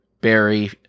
Barry